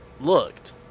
looked